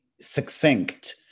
succinct